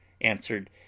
answered